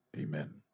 Amen